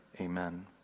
amen